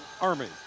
Army